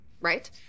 right